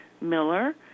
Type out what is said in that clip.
Miller